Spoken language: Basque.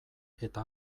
eta